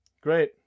great